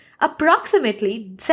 approximately